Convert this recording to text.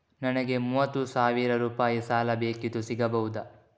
ನನಗೆ ಮೂವತ್ತು ಸಾವಿರ ರೂಪಾಯಿ ಸಾಲ ಬೇಕಿತ್ತು ಸಿಗಬಹುದಾ?